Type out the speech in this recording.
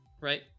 Right